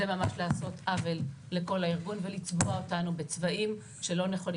זה ממש לעשות עוול לכל הארגון ולצבוע אותנו בצבעים שלא נכונים.